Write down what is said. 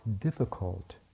difficult